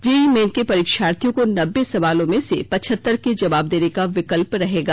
JEE Main के परीक्षार्थियों को नब्बे सवालों में से पचहतर के जवाब देने का विकल्प रहेगा